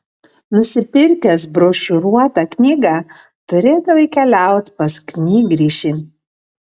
nusipirkęs brošiūruotą knygą turėdavai keliaut pas knygrišį